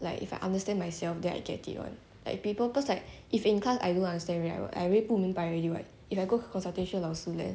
like if I understand myself then I get it [one] like it'll be like cause if in class I don't understand already right I already 不明白 already right if I go consultation 老师 then